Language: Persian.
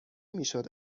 میشد